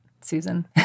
Susan